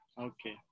Okay